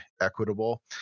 equitable